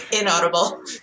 Inaudible